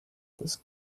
this